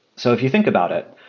so if you think about it,